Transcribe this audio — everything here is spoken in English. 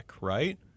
right